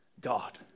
God